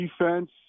defense